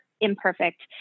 imperfect